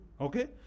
Okay